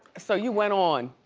so you went on.